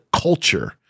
culture